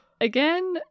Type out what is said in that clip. Again